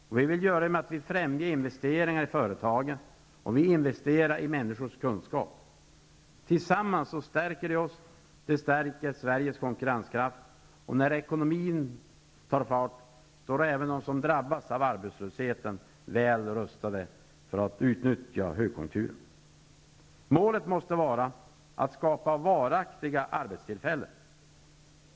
Det vill vi göra genom att främja investeringar i företagen och investera i människors kunskap. Tillsammans stärker det oss, och det stärker Sveriges konkurrenskraft. När ekonomin tar fart står även de som drabbats av arbetslöshet väl rustade för att utnyttja högkonjunkturen. Målet måste vara att skapa varaktiga arbetstillfällen.